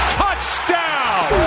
touchdown